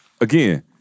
again